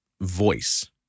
voice